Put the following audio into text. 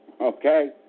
okay